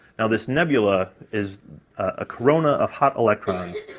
now this nebula is a corona of hot electrons,